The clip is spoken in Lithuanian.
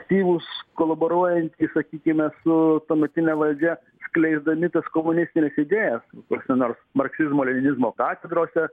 ktyvūs kolaboruojantys sakykime su tuometine valdžia skleisdami tas komunistines idėjas kokių nors marksizmo leninizmo katedrose